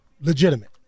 legitimate